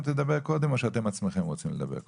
תדבר קודם או שאתם עצמכם רוצים לדבר קודם?